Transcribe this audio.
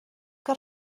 que